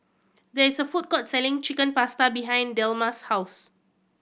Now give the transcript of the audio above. there is a food court selling Chicken Pasta behind Delmas' house